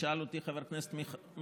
שאל אותי חבר הכנסת מלכיאלי.